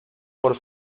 por